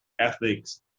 ethics